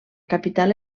capital